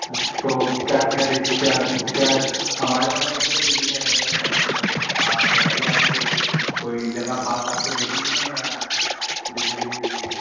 اچھا تو کیا دیکھ کیا کیا ہمارے پاس ویسے تو دلی کے الگ الگ پیکیجز ہیں آپ بتائیے آپ کو کوئی جگہ خاص آپ کو دیکھنی ہے یا پوری دلی ہی دیکھنی ہے